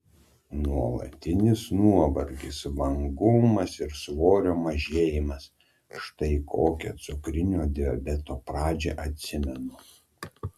nuolatinis nuovargis vangumas ir svorio mažėjimas štai kokią cukrinio diabeto pradžią atsimenu